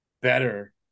better